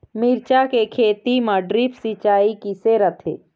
मिरचा के खेती म ड्रिप सिचाई किसे रथे?